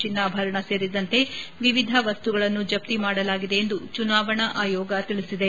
ಚಿನ್ನಾಭರಣ ಸೇರಿದಂತೆ ವಿವಿಧ ವಸ್ತುಗಳನ್ನು ಜಪ್ತಿ ಮಾಡಲಾಗಿದೆ ಎಂದು ಚುನಾವಣಾ ಆಯೋಗ ತಿಳಿಸಿದೆ